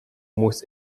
muss